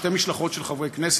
שלוש משלחות של חברי כנסת.